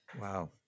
wow